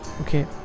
okay